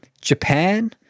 Japan